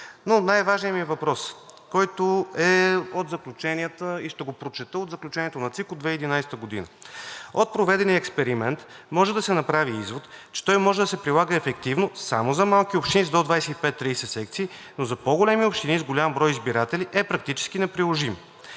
Но най-важният ми въпрос, който е от заключението на ЦИК от 2011 г., ще го прочета: „От проведения експеримент може да се направи извод, че той може да се прилага ефективно само за малки общини с до 25 – 30 секции, но за по-големи общини с голям брой избиратели е практически неприложим.